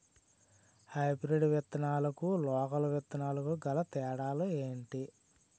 Hybrid విత్తనాలకు local విత్తనాలకు గల తేడాలు ఏంటి?